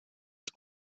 ich